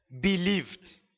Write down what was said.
believed